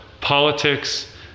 politics